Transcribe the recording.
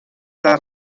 dels